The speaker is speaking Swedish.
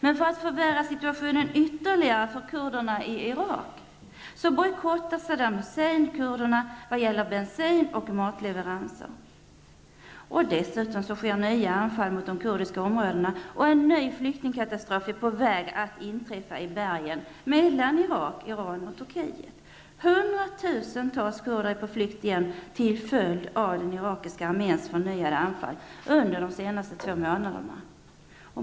Men för att förvärra situationen ytterligare för kurderna i Irak bojkottar Saddam Hussein kurderna när det gäller bensinoch matleveranser. Dessutom sker nya anfall mot de kurdiska områdena, och en ny flyktingkatastrof är på väg att inträffa i bergen mellan Irak, Iran och Turkiet. Hundratusentals kurder är på flykt igen till följd av den irakiska arméns förnyade anfall under de senaste två månaderna.